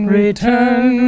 return